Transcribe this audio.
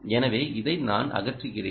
எனவே இதை நான் அகற்றுகிறேன்